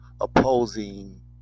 opposing